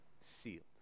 sealed